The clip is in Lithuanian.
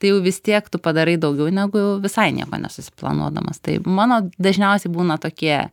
tai jau vis tiek tu padarai daugiau negu visai nieko nesusiplanuodamas tai mano dažniausiai būna tokie